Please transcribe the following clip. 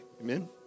Amen